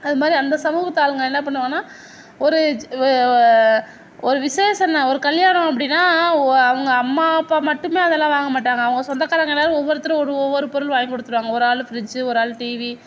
அது மாதிரி அந்த சமூகத்து ஆளுங்கள் என்ன பண்ணுவாங்கன்னால் ஒரு ஒரு விசேஷம் ஒரு கல்யாணம் அப்படின்னா அவங்க அம்மா அப்பா மட்டுமே அதெல்லாம் வாங்க மாட்டாங்க அவங்க சொந்தக்காரங்கள் எல்லாேரும் ஒவ்வொருத்தரும் ஒவ்வொரு பொருளும் வாங்கி கொடுத்துருவாங்க ஒரு ஆள் ஃபிரிட்ஜ்ஜு ஒரு ஆள் டிவி